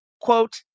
Quote